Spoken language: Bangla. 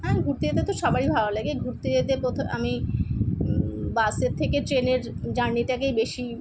হ্যাঁ ঘুরতে যেতে তো সবারই ভালো লাগে ঘুরতে যেতে কোথা আমি বাসের থেকে ট্রেনের জার্নিটাকেই বেশি